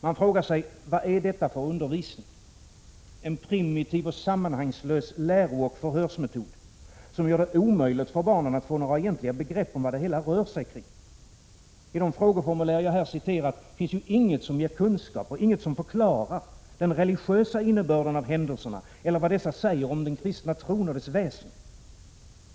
Man frågar sig: Vad är detta för undervisning? En primitiv sammanhangslös lärooch förhörsmetod som gör det omöjligt för barnen att få några egentliga begrepp om vad det hela rör sig om. I de frågeformulär som jag refererat till finns ingenting som ger kunskap och ingenting som förklarar den religiösa innebörden av händelserna eller vad dessa säger om den kristna tron och dess väsen.